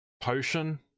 potion